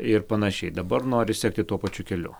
ir panašiai dabar nori sekti tuo pačiu keliu